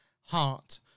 heart